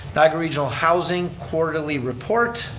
niagara regional housing quarterly report.